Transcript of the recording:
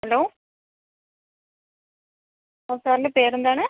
hello ആ സാറിൻ്റെ പേര് എന്താണ്